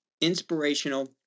inspirational